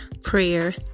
Prayer